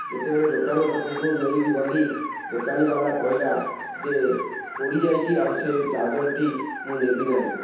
ଯେତେବେଳେ ଦୋକାନ ପାଖକୁ ନେଇକି ଗଲି ଦୋକାନୀ ବାଲା କହିଲା ଯେ ପୋଡ଼ିଯାଇଛି ଆଉ ସେ ଚାର୍ଜରଟି ମୁଁ ନେବି ନାହିଁ